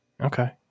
Okay